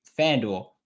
FanDuel